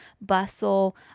Bustle